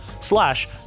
slash